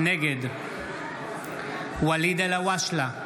נגד ואליד אלהואשלה,